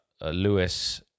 Lewis